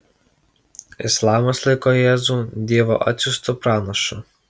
islamas laiko jėzų dievo atsiųstu pranašu